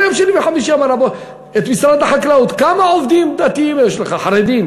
כל יום שני וחמישי שאל את משרד החקלאות: כמה עובדים דתיים חרדים